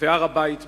והר-הבית בידינו.